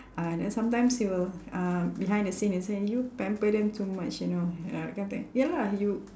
uh then sometimes he will uh behind the scene and say you pamper them too much you know ah that kind of thing ya lah you